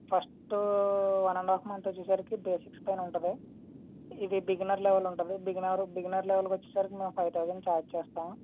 first one and half month వచ్చేసరికి basics పైన ఉంటుంది ఇది బిగినర్ లెవెల్ ఉంటుంది ఈ బిగినర్ లెవెల్కు వచ్చేసరికి మేము ఫైవ్ థౌసండ్ చార్జ్ చేస్తాము